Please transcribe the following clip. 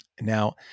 Now